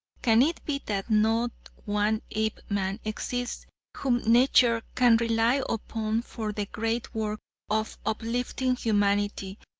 can it be that not one apeman exists whom nature can rely upon for the great work of uplifting humanity,